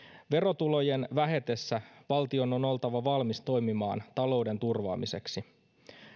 verotulojen vähetessä valtion on oltava valmis toimimaan talouden turvaamiseksi